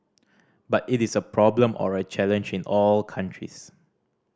but it is a problem or a challenge in all countries